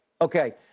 Okay